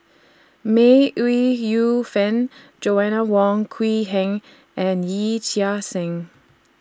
May Ooi Yu Fen Joanna Wong Quee Heng and Yee Chia Hsing